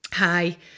Hi